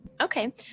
Okay